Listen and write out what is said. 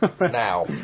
now